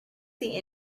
see